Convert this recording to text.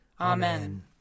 Amen